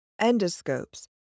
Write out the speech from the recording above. Endoscopes